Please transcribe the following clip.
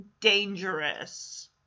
dangerous